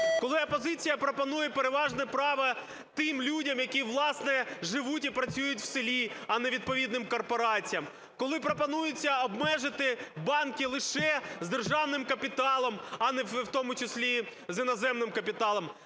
коли опозиція пропонує переважне право тим людям, які, власне, живуть і працюють в селі, а не відповідним корпораціям, коли пропонується обмежити – банки лише з державним капіталом, а не в тому числі з іноземним капіталом,